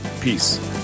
Peace